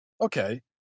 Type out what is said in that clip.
okay